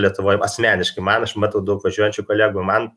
lietuvoj asmeniškai man aš matau daug važiuojančių kolegų man